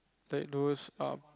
like those um